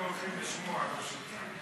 אנחנו הולכים לשמוע אותו.